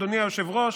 אדוני היושב-ראש,